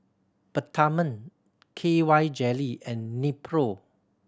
Peptamen K Y Jelly and Nepro